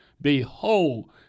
behold